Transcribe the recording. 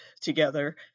together